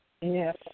Yes